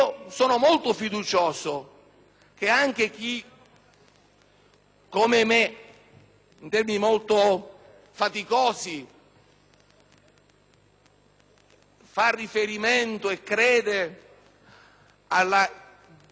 come me, in termini molto faticosi, fa riferimento e crede al messaggio cristiano